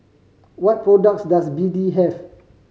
what products does B D have